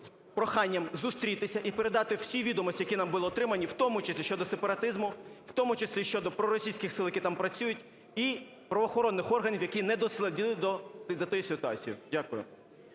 з проханням зустрітися і передати всі відомості, які нами були отримані, в тому числі щодо сепаратизму, в тому числі щодо проросійських сил, які там працюють, і правоохоронних органів, які не дослідили до тої ситуації? Дякую.